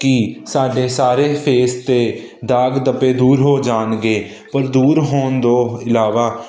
ਕਿ ਸਾਡੇ ਸਾਰੇ ਫੇਸ 'ਤੇ ਦਾਗ ਧੱਬੇ ਦੂਰ ਹੋ ਜਾਣਗੇ ਪਰ ਦੂਰ ਹੋਣ ਤੋਂ ਇਲਾਵਾ